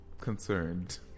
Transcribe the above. concerned